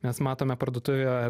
mes matome parduotuvėje